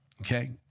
okay